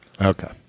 Okay